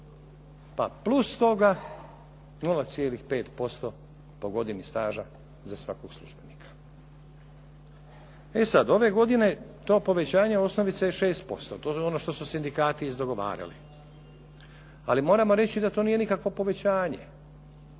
pa plus toga 0,5% po godini staža za svakog službenika. E sad, ove godine to povećanje osnovica je 6% ono što su sindikati izdogovarali, ali moramo reći da to nije nikakvo povećanje.